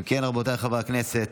אם כן, רבותיי חברי הכנסת,